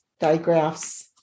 digraphs